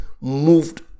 moved